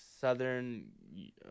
Southern